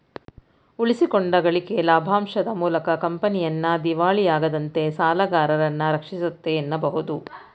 ಉಳಿಸಿಕೊಂಡ ಗಳಿಕೆ ಲಾಭಾಂಶದ ಮೂಲಕ ಕಂಪನಿಯನ್ನ ದಿವಾಳಿಯಾಗದಂತೆ ಸಾಲಗಾರರನ್ನ ರಕ್ಷಿಸುತ್ತೆ ಎನ್ನಬಹುದು